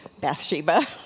Bathsheba